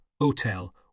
Hotel